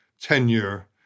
tenure